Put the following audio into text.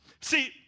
See